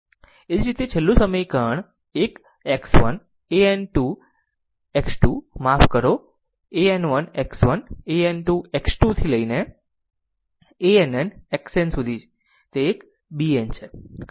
એ જ રીતે છેલ્લું એક 1 x 1 an 2 x 2 માફ કરો એક1 x 1 an 2 x 2 થી ann સુધી xn તે એક bn છે ખરું